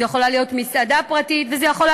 זו יכולה להיות מסעדה פרטית וזו יכולה